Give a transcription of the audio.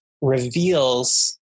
reveals